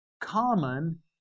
Common